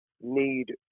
need